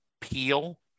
peel